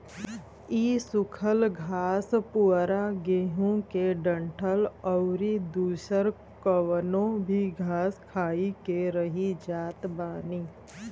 इ सुखल घास पुअरा गेंहू के डंठल अउरी दुसर कवनो भी घास खाई के रही जात बानी